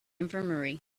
infirmary